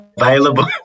available